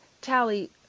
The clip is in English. Tally